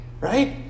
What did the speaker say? right